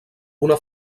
una